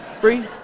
Free